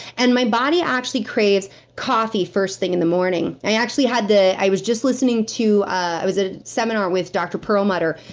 and my body actually craves coffee first thing in the morning. i actually had the. i was just listening to. i was at a seminar, with dr. perlmutter,